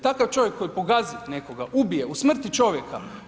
Takav čovjek koji pogazi nekoga, ubije, usmrti čovjeka.